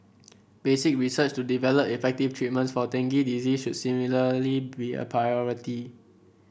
basic research to develop effective treatments for dengue disease should similarly be a priority